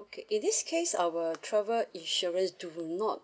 okay in this case our travel insurance do not